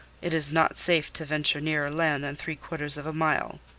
it is not safe to venture nearer land than three quarters of a mile.